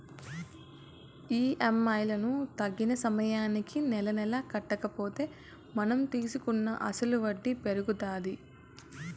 EMI లను తగిన సమయానికి నెలనెలా కట్టకపోతే మనం తీసుకున్న అసలుకి వడ్డీ పెరుగుతాది